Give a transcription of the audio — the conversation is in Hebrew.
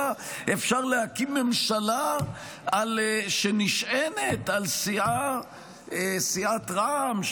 היה אפשר להקים ממשלה שנשענת על סיעת רע"מ,